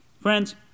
Friends